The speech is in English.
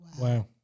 Wow